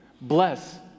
Bless